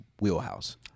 wheelhouse